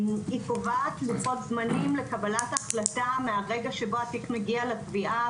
היא קובעת לוחות זמנים לקבלת החלטה מהרגע שבו התיק מגיע לתביעה